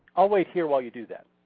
i'll wait here while you do that.